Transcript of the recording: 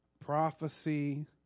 prophecy